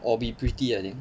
or be pretty I think